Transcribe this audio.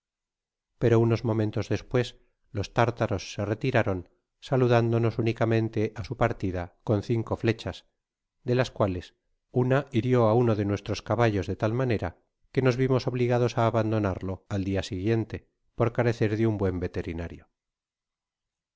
pero unos momentos despues los tártaros se retiraron saludándonos únicamente á su partida con cinco flechas de las cuales una hirio á uno de nuestros caballos de tal manera que bos vimos obligados á abandonarlo al dia siguiente por carecer de un buen veterinario